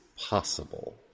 possible